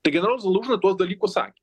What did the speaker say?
tai generolas zalužnas tuos dalykus sakė